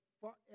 forever